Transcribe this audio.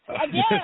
again